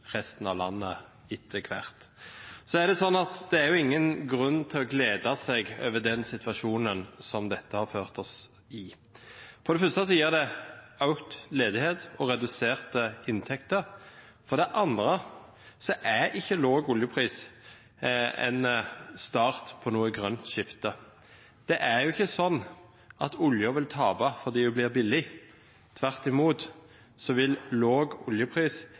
resten av landet etter hvert. Det er ingen grunn til å glede seg over den situasjonen som dette har ført oss inn i. For det første gir det økt ledighet og reduserte inntekter. For det andre er ikke lav oljepris en start på noe grønt skifte. Det er jo ikke slik at oljen vil tape fordi den blir billig; tvert imot vil lav oljepris